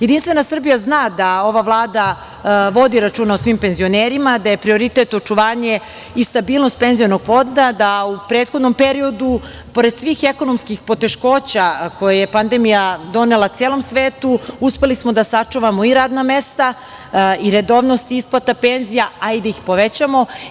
Jedinstvena Srbija zna da ova Vlada vodi računa o svim penzionerima, da je prioritet očuvanje i stabilnost penzionog fonda, da u prethodnom periodu, pored svih ekonomskih poteškoća koje je pandemija donela celom svetu, uspeli smo da sačuvamo i radna mesta i redovnost isplata penzija, a i da ih povećamo.